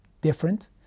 different